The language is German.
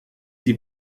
die